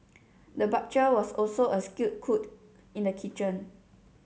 the butcher was also a skilled cook in the kitchen